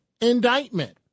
indictment